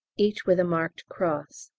each with a marked cross.